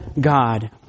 God